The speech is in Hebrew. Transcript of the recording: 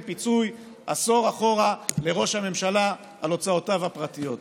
פיצוי עשור אחורה לראש הממשלה על הוצאותיו הפרטיות.